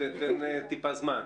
תן קצת זמן.